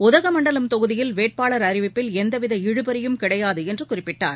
உதகமண்டலம் தொகுதியில் வேட்பாளர் அறிவிப்பில் எந்தவித இழுபறியும் கிடையாதுஎன்றுகுறிப்பிட்டார்